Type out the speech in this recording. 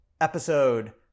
episode